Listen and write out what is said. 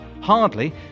Hardly